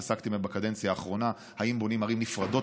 התעסקתי בהן בקדנציה האחרונה: האם בונים ערים נפרדות